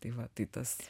tai va tai tas